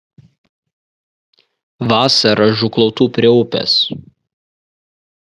vasarą žūklautų prie upės